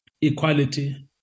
equality